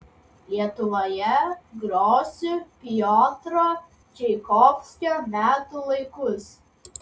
lietuvoje grosiu piotro čaikovskio metų laikus